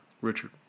Richard